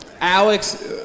Alex